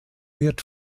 wird